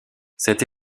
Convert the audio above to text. cette